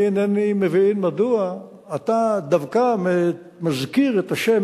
אני אינני מבין מדוע אתה דווקא מזכיר את השם